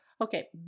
Okay